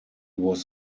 was